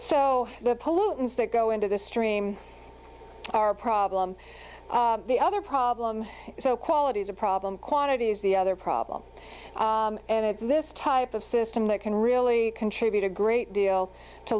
so the pollutants that go into the stream are a problem the other problem so quality is a problem quantity is the other problem and it's this type of system that can really contribute a great deal to